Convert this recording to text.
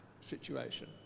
situation